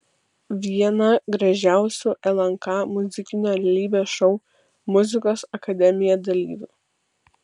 viena gražiausių lnk muzikinio realybės šou muzikos akademija dalyvių